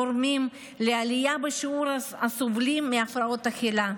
הגורמים לעלייה בשיעור הסובלים מהפרעות אכילה.